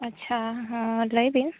ᱟᱪᱪᱷᱟ ᱦᱮ ᱸ ᱞᱟᱹᱭᱵᱤᱱ